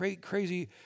crazy